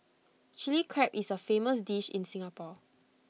Chilli Crab is A famous dish in Singapore